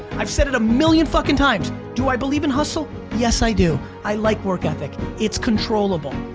i've said it a million fuckin' times. do i believe in hustle? yes i do. i like work ethic, it's controllable.